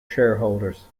shareholders